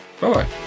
Bye-bye